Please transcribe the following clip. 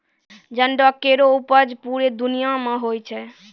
जंडो केरो उपज पूरे दुनिया म होय छै